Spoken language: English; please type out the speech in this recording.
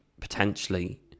potentially